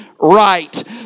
right